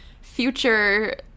future